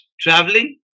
traveling